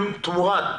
תמורת